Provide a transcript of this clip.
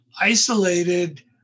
isolated